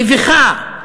מביכה,